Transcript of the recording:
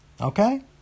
Okay